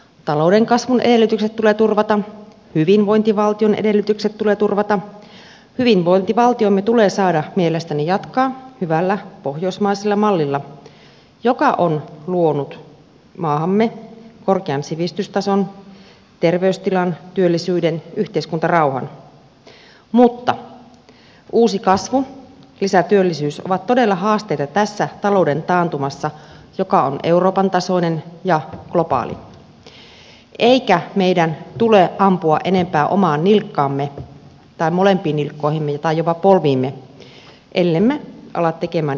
talouden kasvun edellytykset tulee turvata hyvinvointivaltion edellytykset tulee turvata hyvinvointivaltiomme tulee saada mielestäni jatkaa hyvällä pohjoismaisella mallilla joka on luonut maahamme korkean sivistystason terveystilan työllisyyden yhteiskuntarauhan mutta uusi kasvu lisätyöllisyys ovat todella haasteita tässä talouden taantumassa joka on euroopan tasoinen ja globaali eikä meidän tule ampua enempää omaan nilkkaamme tai molempiin nilkkoihimme tai jopa polviimme ellemme ala tekemään isänmaallisempaa talouspolitiikkaa